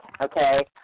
okay